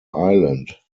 island